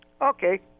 Okay